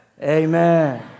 Amen